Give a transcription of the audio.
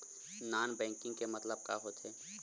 Non banking के मतलब का होथे?